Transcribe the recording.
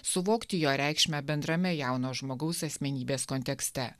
suvokti jo reikšmę bendrame jauno žmogaus asmenybės kontekste